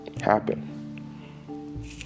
Happen